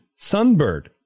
sunbird